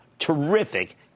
Terrific